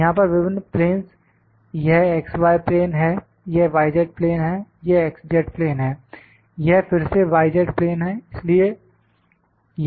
यहां पर विभिन्न प्लेंस यह x y प्लेन है यह y z प्लेन है यह x z प्लेन है यह फिर से y z प्लेन है